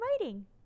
writing